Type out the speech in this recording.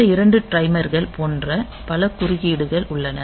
இந்த 2 டைமர்கள் போன்ற பல குறுக்கீடுகள் உள்ளன